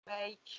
make